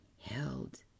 held